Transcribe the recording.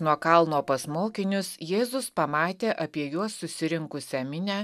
nuo kalno pas mokinius jėzus pamatė apie juos susirinkusią minią